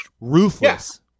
ruthless